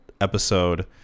episode